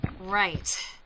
Right